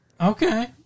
Okay